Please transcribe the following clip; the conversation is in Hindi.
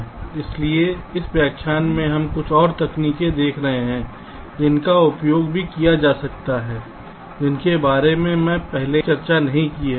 इसलिए इस व्याख्यान में हम कुछ और तकनीकों को देख रहे हैं जिनका उपयोग भी किया जा सकता है जिनके बारे में मैंने पहले चर्चा नहीं की है